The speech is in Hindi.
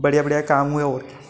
बढ़िया बढ़िया काम हुए और